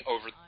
over